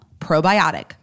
probiotic